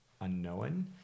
unknown